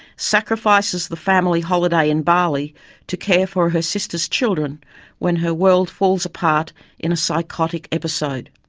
sacrifices the family holiday in bali to care for her sister's children when her world falls apart in a psychotic episode.